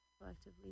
collectively